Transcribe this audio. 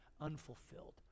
unfulfilled